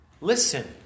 listen